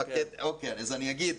אז אני אגיד,